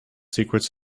secrets